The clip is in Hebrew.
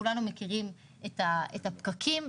כולנו מכירים את הפקקים,